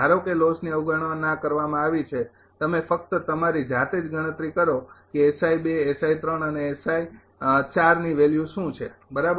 ધારો કે લોસની અવગણના કરવામાં આવી છે તમે ફક્ત તમારી જાતે જ ગણતરી કરો કે અને તમારી ની વેલ્યુ શું છે બરાબર